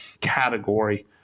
category